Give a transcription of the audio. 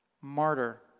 martyr